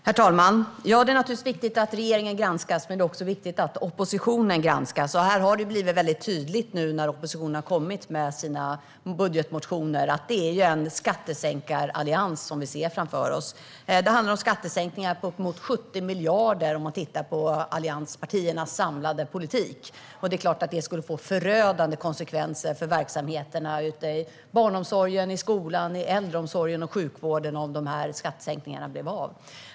Herr talman! Det är naturligtvis viktigt att regeringen granskas, men det är också viktigt att oppositionen granskas. Nu när oppositionen har kommit med sina budgetmotioner har det blivit väldigt tydligt att det är en skattesänkarallians vi ser framför oss. Det handlar om skattesänkningar på uppemot 70 miljarder i allianspartiernas samlade politik. Det är klart att det skulle få förödande konsekvenser för verksamheter som barnomsorgen, skolan, äldreomsorgen och sjukvården om dessa skattesänkningar blev av.